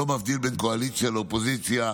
לא מבדיל בין קואליציה לאופוזיציה,